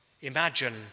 Imagine